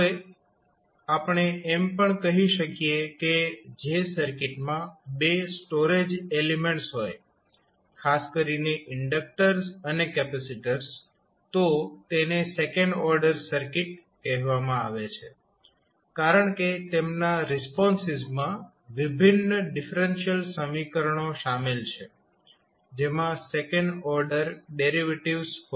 હવે આપણે એમ પણ કહી શકીએ કે જે સર્કિટમાં બે સ્ટોરેજ એલીમેન્ટ્સ હોય ખાસ કરીને ઇન્ડક્ટર્સ અને કેપેસિટર્સ તો તેને સેકન્ડ ઓર્ડર સર્કિટ કહેવામાં આવે છે કારણ કે તેમના રિસ્પોન્સિસમાં વિભિન્ન ડિફરેન્શિયલ સમીકરણો શામેલ છે જેમાં સેકન્ડ ઓર્ડર ડેરિવેટિવ્ઝ હોય છે